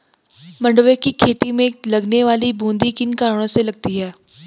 मंडुवे की खेती में लगने वाली बूंदी किन कारणों से लगती है?